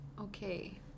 Okay